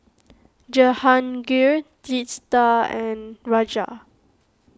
Jehangirr Teesta and Raja